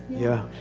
yeah,